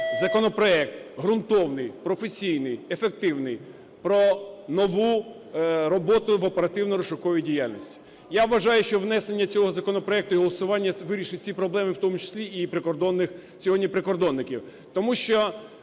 законопроект ґрунтовний, професійний, ефективний про нову роботу в оперативно-розшуковій діяльності. Я вважаю, що внесення цього законопроекту і голосування вирішить всі проблеми, в тому числі, і прикордонних… сьогодні прикордонників. Тому що